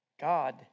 God